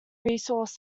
resource